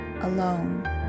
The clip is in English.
alone